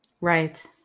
Right